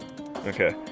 Okay